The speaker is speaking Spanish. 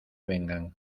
vengan